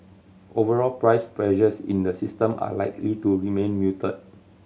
overall price pressures in the system are likely to remain muted